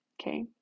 okay